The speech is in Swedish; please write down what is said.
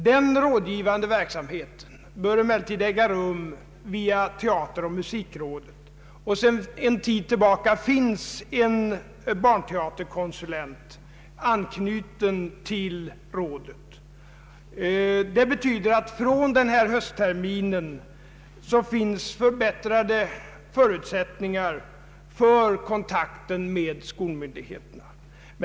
Den rådgivande verksamheten bör emellertid äga rum via teateroch musikrådet, och sedan en tid tillbaka finns en barnteaterkonsulent anknuten till rådet. Det betyder att från denna hösttermin finns förbättrade förutsättningar för kontakter med skolmyndigheterna.